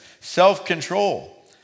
self-control